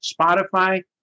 Spotify